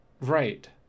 right